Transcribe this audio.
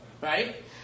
Right